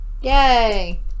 Yay